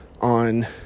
on